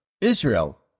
Israel